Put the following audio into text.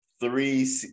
three